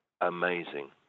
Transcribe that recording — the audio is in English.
amazing